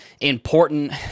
important